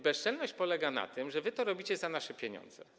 Bezczelność polega na tym, że wy to robicie za nasze pieniądze.